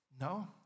no